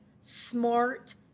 smart